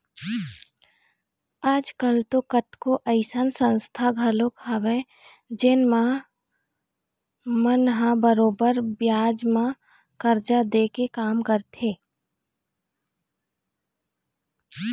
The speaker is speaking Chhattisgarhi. आज कल तो कतको अइसन संस्था घलोक हवय जेन मन ह बरोबर बियाज म करजा दे के काम करथे